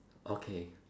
okay